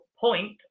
point